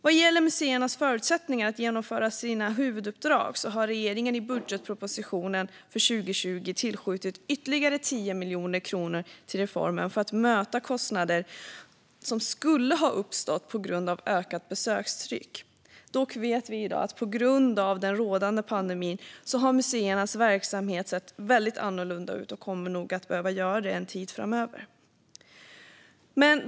Vad gäller museernas förutsättningar att genomföra sina huvuduppdrag har regeringen i budgetpropositionen för 2020 tillskjutit ytterligare 10 miljoner kronor till reformen för att möta kostnader som skulle ha uppstått på grund av ökat besökstryck. Dock vet vi i dag att museernas verksamhet sett väldigt annorlunda ut på grund av den rådande pandemin, och den kommer nog att behöva göra det en tid framöver.